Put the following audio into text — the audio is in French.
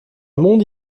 monde